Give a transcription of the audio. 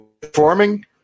Performing